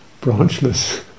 branchless